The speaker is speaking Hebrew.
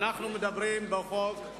אנחנו מדברים בחוק,